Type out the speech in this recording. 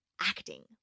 acting